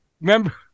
Remember